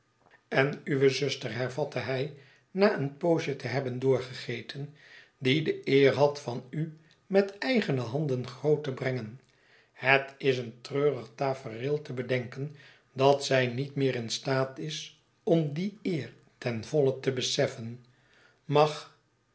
en uwe zuster hervatte hij na een poosje te hebben doorgegeten die de eer had van u met eigene handen groot te brengen het is een treurig tafereel te bedenken dat zij niet meer in staat is om die eer ten voile te beseffen mag